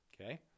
Okay